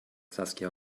saskia